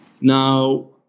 Now